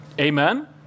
Amen